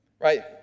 right